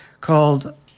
called